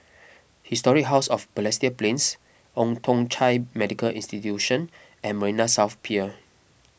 Historic House of Balestier Plains Old Thong Chai Medical Institution and Marina South Pier